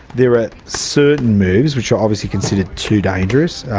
there are certain moves which are obviously considered too dangerous,